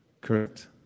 Correct